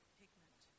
pigment